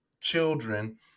children